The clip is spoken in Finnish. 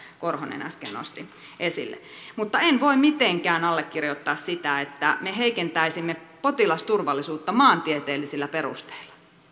korhonen äsken nosti esille mutta en voi mitenkään allekirjoittaa sitä että me heikentäisimme potilasturvallisuutta maantieteellisillä perusteilla